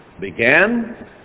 began